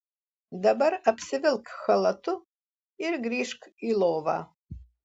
dabar apsivilk chalatu ir grįžk į lovą